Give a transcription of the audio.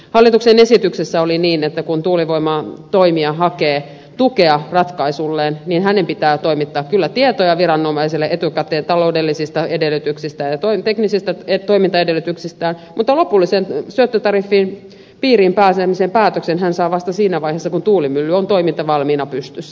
hallituksen esityksessä oli niin että kun tuulivoimatoimija hakee tukea ratkaisulleen hänen pitää kyllä toimittaa tietoja viranomaisille etukäteen taloudellisista edellytyksistä ja teknisistä toimintaedellytyksistään mutta lopulliseen syöttötariffin piiriin pääsemisen päätöksen hän saa vasta siinä vaiheessa kun tuulimylly on toimintavalmiina pystyssä